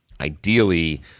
ideally